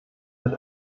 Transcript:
mit